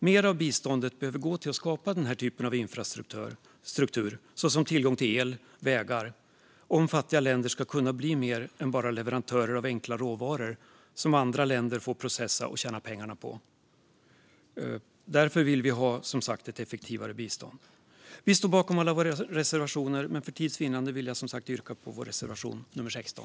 Mer av biståndet behöver gå till att skapa infrastruktur som tillgång till el och vägar om fattiga länder ska kunna bli mer än bara leverantörer av enkla råvaror som andra länder får processa och tjäna pengar på. Därför vill vi ha ett effektivare bistånd. Vi står bakom alla våra reservationer, men för tids vinnande yrkar jag som sagt bifall endast till reservation 16.